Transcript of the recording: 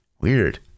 Weird